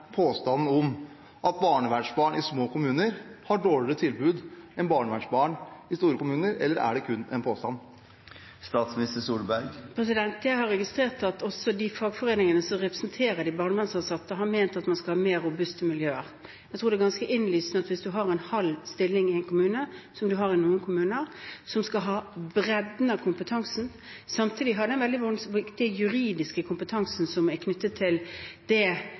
påstanden om at barnevernsbarn i små kommuner har dårligere tilbud enn barnevernsbarn i store kommuner, eller er det kun en påstand? Jeg har registrert at også de fagforeningene som representerer de barnevernsansatte, har ment at man skal ha mer robuste miljøer. Jeg tror det er ganske innlysende at hvis man har en halv stilling i en kommune – slik man har i noen kommuner – og skal ha bredden og kompetansen og samtidig den juridiske kompetansen som er knyttet til det